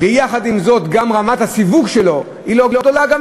ויחד עם זאת גם רמת הסיווג שלו לא גבוהה,